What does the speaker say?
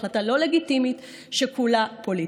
היא החלטה לא לגיטימית שכולה פוליטית.